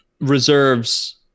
reserves